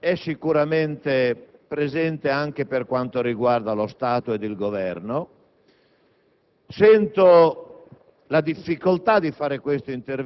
Il problema è presente anche per quanto riguarda lo Stato e il Governo.